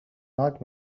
not